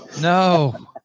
No